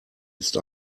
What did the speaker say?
ist